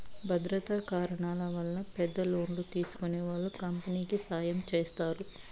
భద్రతా కారణాల వల్ల పెద్ద లోన్లు తీసుకునే వాళ్ళు కంపెనీకి సాయం చేస్తారు